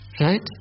Right